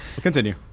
Continue